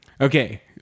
Okay